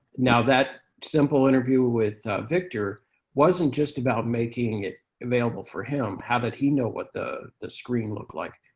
now, that simple interview with victor wasn't just about making it available for him. how did he know what the the screen looked like?